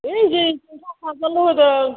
ओइ जोंनिथिं पास हाजारल' होदों